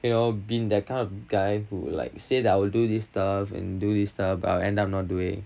will been that kind of guy who like say that I would do this stuff and do this stuff but I end up not doing